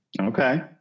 Okay